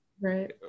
right